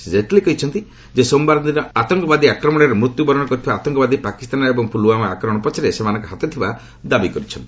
ଶ୍ରୀ ଜେଟଲୀ କହିଛନ୍ତି ଯେ ସୋମବାର ଆତଙ୍କବାଦୀ ଆକ୍ରମଣରେ ମୃତ୍ୟୁ ବରଣ କରିଥିବା ଆତଙ୍କବାଦୀ ପାକିସ୍ତାନର ଏବଂ ପୁଲୱାମା ଆକ୍ରମଣ ପଛରେ ସେମାନଙ୍କ ହାତ ଥିବା ଦାବି କରିଛନ୍ତି